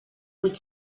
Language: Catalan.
vuit